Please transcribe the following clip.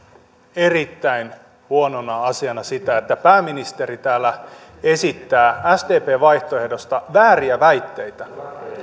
erittäin huonona asiana sitä että pääministeri täällä esittää sdpn vaihtoehdosta vääriä väitteitä